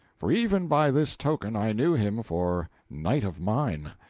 for even by this token i knew him for knight of mine.